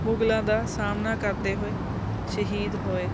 ਮੁਗਲਾਂ ਦਾ ਸਾਹਮਣਾ ਕਰਦੇ ਹੋਏ ਸ਼ਹੀਦ ਹੋਏ